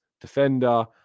Defender